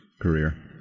career